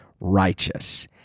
righteous